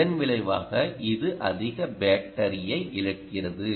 இதன் விளைவாக இது அதிக பேட்டரியை இழக்கிறது